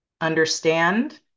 understand